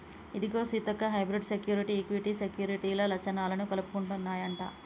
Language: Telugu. ఇదిగో సీతక్క హైబ్రిడ్ సెక్యురిటీ, ఈక్విటీ సెక్యూరిటీల లచ్చణాలను కలుపుకుంటన్నాయంట